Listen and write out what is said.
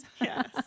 Yes